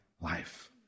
life